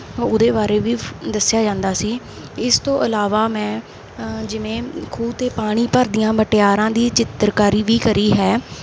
ਉਹਦੇ ਬਾਰੇ ਵੀ ਦੱਸਿਆ ਜਾਂਦਾ ਸੀ ਇਸ ਤੋਂ ਇਲਾਵਾ ਮੈਂ ਜਿਵੇਂ ਖੂਹ 'ਤੇ ਪਾਣੀ ਭਰਦੀਆਂ ਮੁਟਿਆਰਾਂ ਦੀ ਚਿੱਤਰਕਾਰੀ ਵੀ ਕਰੀ ਹੈ